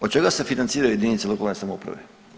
Od čega se financiraju jedinice lokalne samouprave?